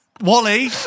wally